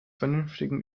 vernünftigen